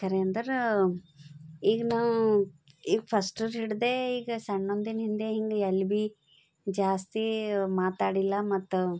ಖರೆ ಅಂದರೆ ಈಗ ನಾವು ಈಗ ಫಸ್ಟದು ಹಿಡಿದೆ ಈಗ ಸಣ್ಣೋನಿಂದೆ ಹಿಂಗೆ ಎಲ್ಲಿ ಭಿ ಜಾಸ್ತಿ ಮಾತಾಡಿಲ್ಲ ಮತ್ತು